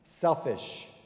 selfish